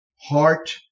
heart